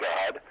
God